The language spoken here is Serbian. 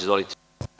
Izvolite.